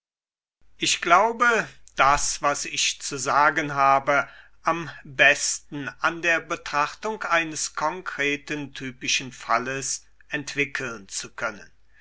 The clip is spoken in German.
ich glaube das was ich zu sagen habe am besten an der betrachtung eines konkreten typischen falles entwickeln zu können